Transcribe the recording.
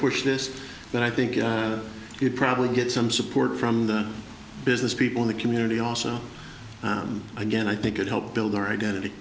push this but i think you'd probably get some support from the business people in the community also again i think it helped build our identity